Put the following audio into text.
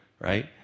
right